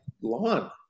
lawn